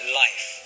life